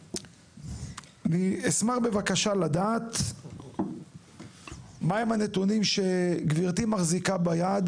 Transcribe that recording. אני אשמח בבקשה לדעת מהם הנתונים שגברתי מחזיקה ביד,